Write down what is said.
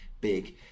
big